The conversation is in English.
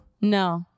No